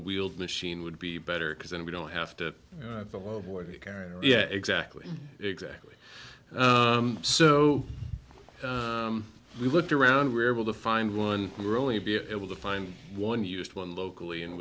wheeled machine would be better because then we don't have to care yeah exactly exactly so we looked around were able to find one really be able to find one used one locally in